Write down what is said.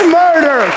murder